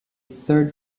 third